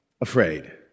afraid